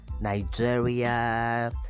Nigeria